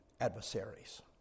adversaries